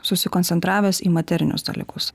susikoncentravęs į materinius dalykus